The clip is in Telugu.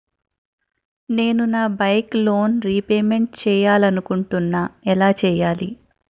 నేను నా బైక్ లోన్ రేపమెంట్ చేయాలనుకుంటున్నా ఎలా చేయాలి?